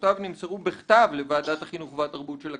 שמסקנותיו נמסרו בכתב לוועדת החינוך והתרבות של הכנסת".